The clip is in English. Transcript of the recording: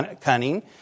cunning